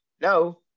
No